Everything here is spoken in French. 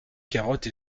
carottes